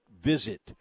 visit